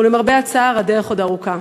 ולמרבה הצער הדרך עוד ארוכה.